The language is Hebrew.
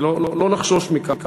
ולא לחשוש מכך,